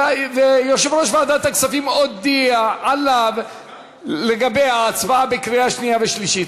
ויושב-ראש ועדת הכספים הודיע עליו לגבי ההצבעה בקריאה שנייה ושלישית.